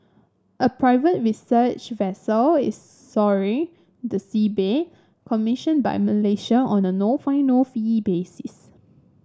a private research vessel is scouring the seabed commissioned by Malaysia on a no find no fee basis